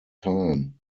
time